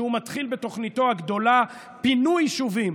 שהוא מתחיל בתוכניתו הגדולה: פינוי יישובים.